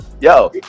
Yo